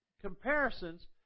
comparisons